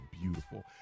beautiful